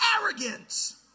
arrogance